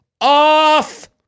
off